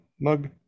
mug